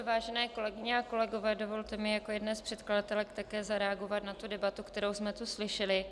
Vážené kolegyně a kolegové, dovolte mi jako jedné z předkladatelek také zareagovat na debatu, kterou jsme tu slyšeli.